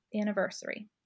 anniversary